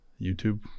youtube